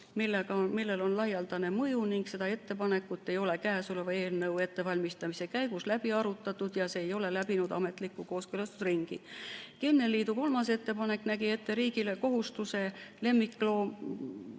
millel on laialdane mõju, ning seda ettepanekut ei ole käesoleva eelnõu ettevalmistamise käigus läbi arutatud ja see ei ole läbinud ametlikku kooskõlastusringi. Kennelliidu kolmas ettepanek nägi ette riigile kohustuse lemmikloomade